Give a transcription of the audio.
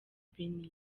beni